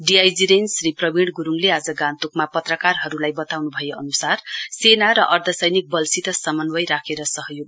DIG range Shri Pravin गुरुङले आज गान्तोकमा पत्रकारहरूलाई बताउनु भए अनुसार सेना र अर्धसेनिक बलसित समन्वय राखेर सहयोग